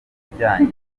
ibijyanye